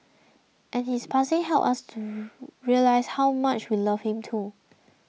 and his passing helped us realise how much we loved him too